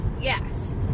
Yes